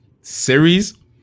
series